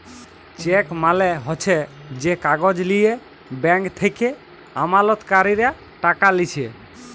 check মালে হচ্যে যে কাগজ লিয়ে ব্যাঙ্ক থেক্যে আমালতকারীরা টাকা লিছে